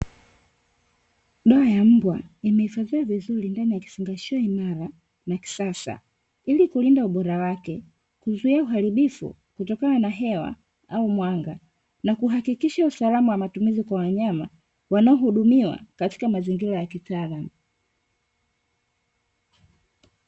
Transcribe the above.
Dawa ya mbwa imehifadhiwa vizuri ndani ya kifungashio imara na kisasa. Ili kulinda ubora wake kuzuia uharibifu, kutokana na hewa au mwanga. Na kuhakikisha usalama wa matumizi kwa wanyama wanao hudumiwa, katika mazingira ya kitaalamu.